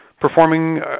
performing